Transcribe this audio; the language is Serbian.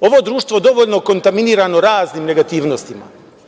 ovo društvo dovoljno kontaminirano raznim negativnostima,